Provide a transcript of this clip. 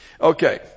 Okay